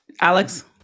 Alex